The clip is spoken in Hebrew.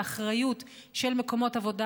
לאחריות של מקומות עבודה,